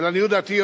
ולעניות דעתי,